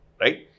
Right